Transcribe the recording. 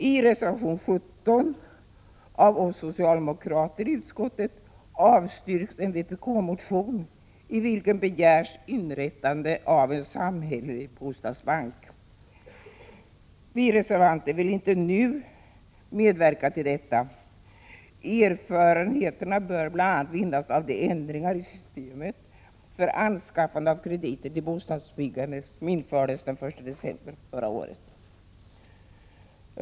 I reservation 17 av oss socialdemokrater i utskottet avstyrks en vpk-motion i vilken begärs inrättande av en samhällelig bostadsbank. Vi reservanter vill inte nu medverka till detta. Erfarenheter bör vinnas bl.a. av de ändringar i systemet för anskaffande av krediter till bostadsbyggandet som infördes den 1 december förra året.